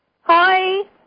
Hi